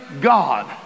God